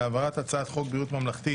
להעברת הצעת חוק ביטוח בריאות ממלכתי